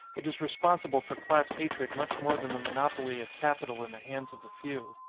it is responsible for class hatred much more than the monopoly of capital in the hands of the few.